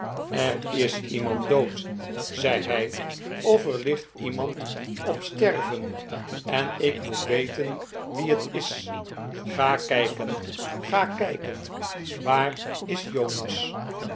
er is iemand dood zei hij of er ligt iemand op sterven en ik moet weten wie het is ga kijken ga kijken waar is jonas